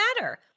matter